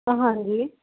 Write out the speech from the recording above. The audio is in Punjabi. ਓ ਹਾਂਜੀ